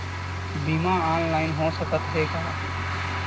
बीमा ऑनलाइन हो सकत हे का?